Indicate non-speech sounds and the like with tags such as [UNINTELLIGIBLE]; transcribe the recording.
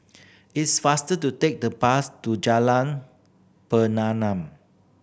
it's faster to take the bus to Jalan [UNINTELLIGIBLE]